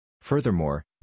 Furthermore